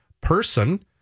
person